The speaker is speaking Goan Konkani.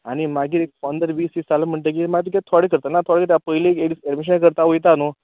आनी मागीर एक पंद्र वीस दीस जाले म्हणटगीर मागीर तुगे थोडे करता ना थोडे किदें आसा पयली एक दीस एडमिशन करता वयता न्हय